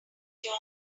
john